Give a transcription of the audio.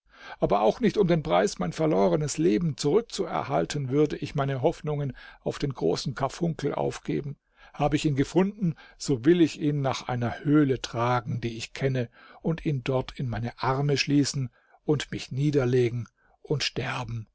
aber auch nicht um den preis mein verlorenes leben zurück zu erhalten würde ich meine hoffnungen auf den großen karfunkel aufgeben hab ich ihn gefunden so will ich ihn nach einer höhle tragen die ich kenne und ihn dort in meine arme schließen und mich niederlegen und sterben